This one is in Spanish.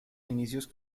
inicios